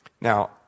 Now